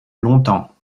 longtemps